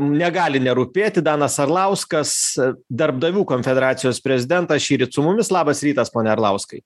negali nerūpėti danas arlauskas darbdavių konfederacijos prezidentas šįryt su mumis labas rytas pone arlauskai